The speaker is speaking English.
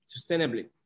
sustainably